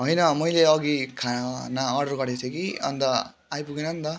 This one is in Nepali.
होइन मैले अघि खाना अर्डर गरेको थिएँ कि अन्त आइपुगेन नि त